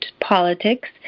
politics